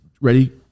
Ready